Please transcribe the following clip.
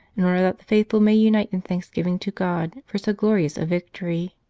in order that the faithful may unite in thanksgiving to god for so glorious a victory.